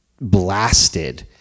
blasted